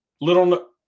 Little